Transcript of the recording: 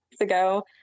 ago